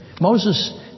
Moses